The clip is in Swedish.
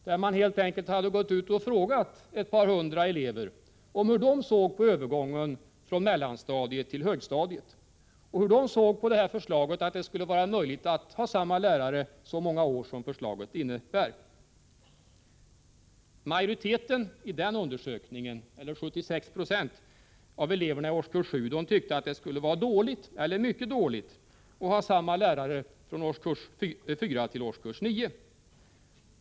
Man hade helt enkelt gått ut och frågat ett par hundra elever om hur de såg på övergången från mellanstadiet till högstadiet och hur de såg på förslaget att det skulle vara möjligt att ha samma lärare så många år som förslaget innebär. Majoriteten i denna undersökning, eller 76 90 av eleverna i årskurs 7, tyckte att det skulle vara dåligt eller mycket dåligt att ha samma lärare i årskurs 4-9.